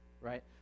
right